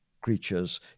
creatures